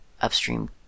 upstream